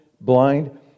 blind